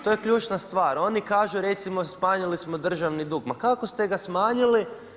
To je ključna stvar, oni kažu recimo smanjili smo državni dug, ma kako ste ga smanjili?